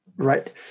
right